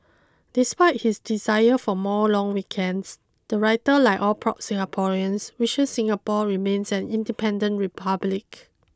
despite his desire for more long weekends the writer like all proud Singaporeans wishes Singapore remains an independent republic